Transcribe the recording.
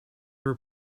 were